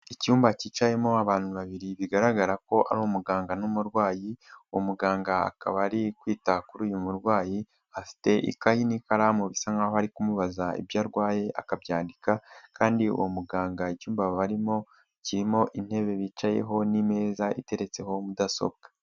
icyumba cyicayemo abantu babiri bigaragara ko ari umuganga n'umurwayi, uwo muganga akaba ari kwita kuri uyu murwayi, afite ikayi n'ikaramu bisa nkaho ari kumubaza ibyo arwaye akabyandika, kandi uwo muganga icyumba barimo kirimo intebe bicayeho n'imeza iteretseho mudasobwa.